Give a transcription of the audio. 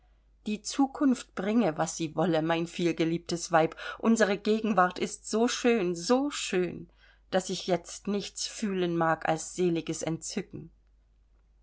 die zukunft bringe was sie wolle mein vielgeliebtes weib unsere gegenwart ist so schön so schön daß ich jetzt nichts fühlen mag als seliges entzücken